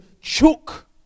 choke